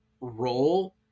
role